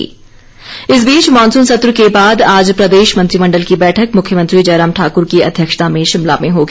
cabinet इस बीच monsoon सत्र के बाद आज प्रदेश मंत्रिमण्डल की बैठक मुख्यमंत्र जयराम ठाक्र की अध्यक्षता में शिमला में होगी